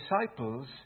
disciples